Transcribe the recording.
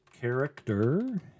character